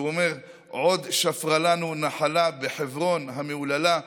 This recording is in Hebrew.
הוא אומר: "עוד שפרה לנו נחלה בחברון המהוללה,